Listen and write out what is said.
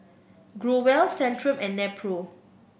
Growell Centrum and Nepro